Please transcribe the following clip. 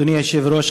אדוני היושב-ראש,